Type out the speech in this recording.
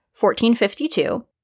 1452